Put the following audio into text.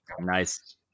nice